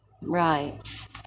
Right